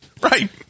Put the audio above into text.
Right